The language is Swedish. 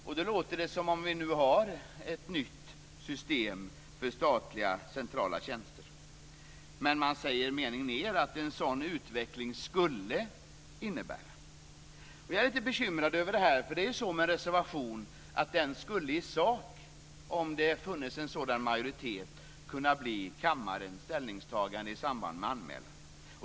Det låter som om vi nu har ett nytt system för statliga centrala tjänster. Men en mening längre ned säger man: En sådan utveckling skulle innebära ... Jag är lite bekymrad över detta. Det är ju så med en reservation att den i sak, om det funnes en sådan majoritet, skulle kunna bli kammarens ställningstagande i samband med anmälan.